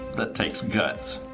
that takes guts.